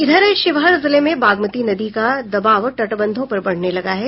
इधर शिवहर जिले में बागमती नदी का दबाव तटबंधों पर बढ़ने लगा है